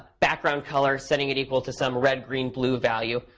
background color, setting it equal to some red-green-blue value.